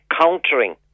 countering